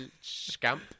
scamp